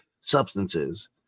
substances